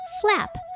Flap